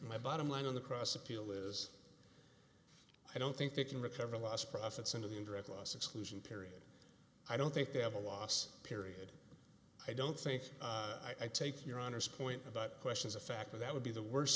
my bottom line on the cross appeal is i don't think they can recover lost profits into the indirect loss exclusion period i don't think they have a loss period i don't think i take your honour's point about questions a factor that would be the worst